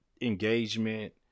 engagement